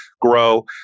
grow